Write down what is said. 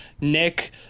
Nick